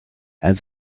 and